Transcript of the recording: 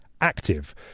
active